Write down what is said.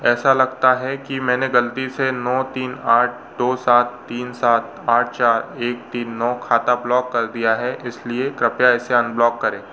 ऐसा लगता है कि मैंने ग़लती से नौ तीन आठ दो सात तीन सात आठ चार एक तीन नौ खाता ब्लॉक कर दिया है इस लिए कृपया इसे अनब्लॉक करें